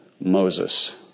Moses